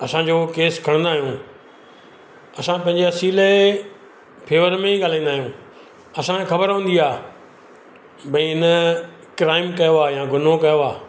असां जेको केस खणंदा आहियूं असां पंहिंजे असिल जे फेवर में ई ॻालाईंदा आहियूं असांखे ख़बर हूंदी आहे भई हिन क्राइम कयो आहे या गुनाह कयो आहे